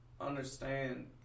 understand